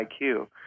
IQ